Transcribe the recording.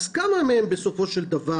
כמה מהן בסופו של דבר,